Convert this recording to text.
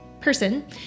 person